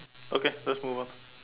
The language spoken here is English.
okay let's move on